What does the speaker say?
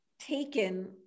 taken